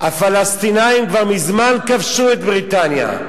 הפלסטינים כבר מזמן כבשו את בריטניה.